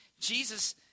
Jesus